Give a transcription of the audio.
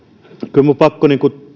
kyllä minun on pakko